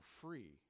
free